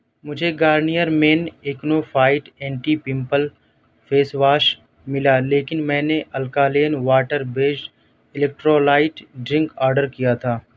مجھے Garnier men acno fight anti pimple face wash ملا لیکن میں نے alkaline water based electrolyte drink order کیا تھا